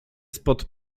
spod